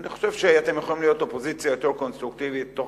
אני חושב שאתם יכולים להיות אופוזיציה יותר קונסטרוקטיבית תוך